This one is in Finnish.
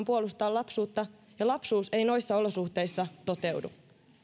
puolustaa lapsuutta ja lapsuus ei noissa olosuhteissa toteudu